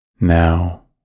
Now